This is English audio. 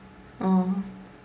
oh